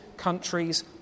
countries